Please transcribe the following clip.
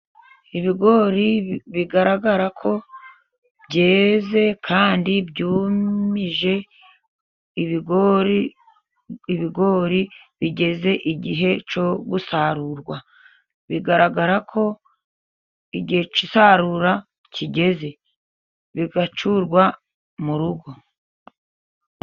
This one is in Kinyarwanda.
Ibigori bigaragara ko byeze kandi byumije, ibigori, ibigori bigeze igihe cyo gusarurwa. Bigaragara ko igihe cy'isarura kigeze, bigacyurwa mu rugo.